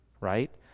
Right